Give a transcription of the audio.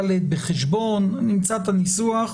ד' בחשבון" נמצא את הניסוח.